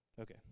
Okay